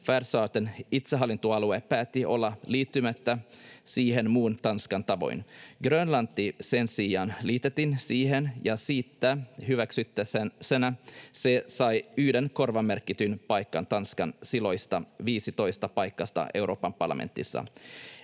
Färsaarten itsehallintoalue päätti olla liittymättä siihen muun Tanskan tavoin. Grönlanti sen sijaan liitettiin siihen, ja siitä hyvityksenä se sai yhden korvamerkityn paikan Tanskan silloisesta 15 paikasta Euroopan parlamentissa.